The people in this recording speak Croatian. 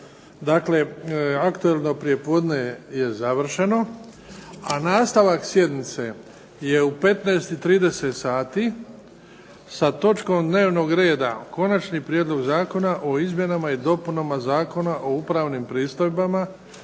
Dakle, aktualno prijepodne je završeno. Nastavak sjednice je u 15,30 sati sa točkom dnevnog reda Konačni prijedlog zakona o izmjenama i dopunama Zakona o upravnim pristojbama.